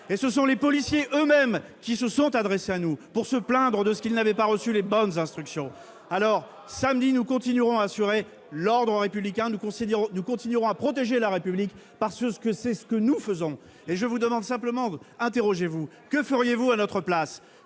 Ce sont les policiers eux-mêmes qui se sont adressés à nous pour se plaindre de n'avoir pas reçu les bonnes instructions. Samedi, nous continuerons à assurer l'ordre républicain, nous continuerons à protéger la République, parce que c'est cela que nous faisons. C'est la chienlit ! Je vous demande simplement de vous interroger : que feriez-vous à notre place ?